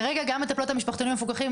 כרגע גם מטפלות המשפחתונים המפוקחים,